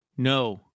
No